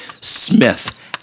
Smith